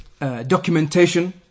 documentation